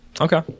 Okay